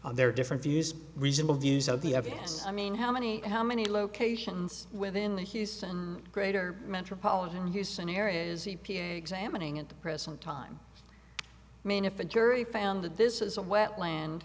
are different views reasonable views of the evidence i mean how many how many locations within the houston greater metropolitan houston area is e p a examining at the present time i mean if a jury found that this is a wetland